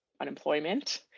unemployment